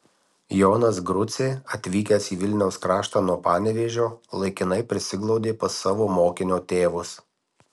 jonas grucė atvykęs į vilniaus kraštą nuo panevėžio laikinai prisiglaudė pas savo mokinio tėvus